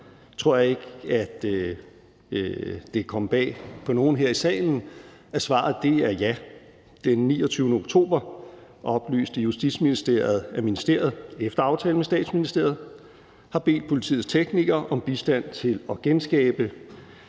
tror jeg ikke, at det vil komme bag på nogen her i salen, at svaret er ja. Den 29. oktober oplyste Justitsministeriet, at ministeriet efter aftale med Statsministeriet har bedt politiets teknikere om bistand til at genskabe